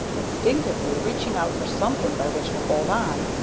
instinctively reaching out for something by which to hold on,